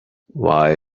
why